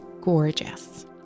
gorgeous